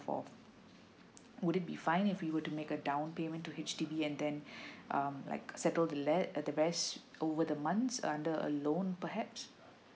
for would it be fine if we were to make a down payment to H_D_B and then um like a settle the rest uh the rest over the months under a loan perhaps